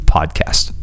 Podcast